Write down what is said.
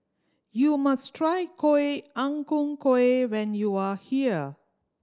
you must try Ang Ku Kueh when you are here